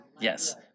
Yes